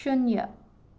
ꯁꯨꯟꯌ